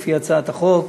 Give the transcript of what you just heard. לפי הצעת החוק